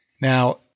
Now